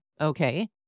Okay